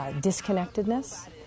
Disconnectedness